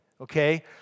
Okay